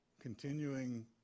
continuing